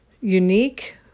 unique